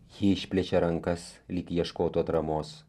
ji išplečia rankas lyg ieškotų atramos